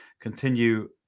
continue